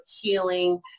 healing